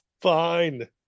Fine